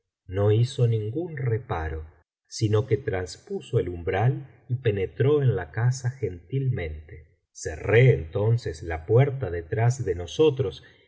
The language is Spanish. no hizo ningún reparo sino que traspuso el umbral y penetró en la casa gentilmente cerré entonces la puerta detrás de nosotros